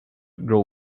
grow